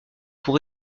pour